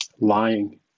lying